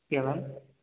okay ma'am